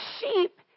sheep